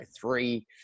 three